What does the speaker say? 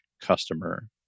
customer